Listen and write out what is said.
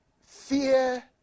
fear